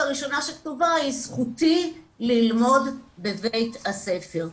הראשונה שכתובה היא 'זכותי ללמוד בבית הספר'.